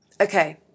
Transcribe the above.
okay